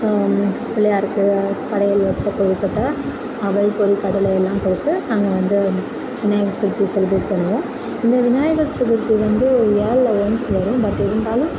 பிள்ளையாருக்கு படையல் வச்சு கொழுக்கட்டை அவல் பொரி கடலை எல்லாம் போட்டு நாங்கள் வந்து விநாயகர் சதுர்த்தி செலிப்ரேட் பண்ணுவோம் இந்த விநாயகர் சதுர்த்தி வந்து இயரில் ஒன்ஸ் வரும் பட் இருந்தாலும்